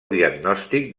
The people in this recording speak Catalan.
diagnòstic